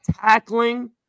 tackling